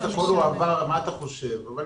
עכשיו